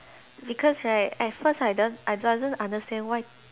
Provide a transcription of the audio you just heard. because right at first I don't I doesn't understand why